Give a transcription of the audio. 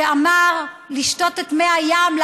שאמר לעם היהודי לשתות את מי הים.